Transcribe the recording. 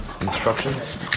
Instructions